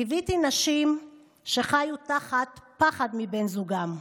ליוויתי נשים שחיו תחת פחד מבן זוגן,